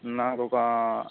నాకు ఒక